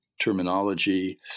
terminology